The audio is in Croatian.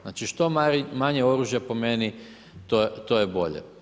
Znači što manje oružja, po meni, to je bolje.